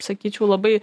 sakyčiau labai